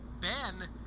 Ben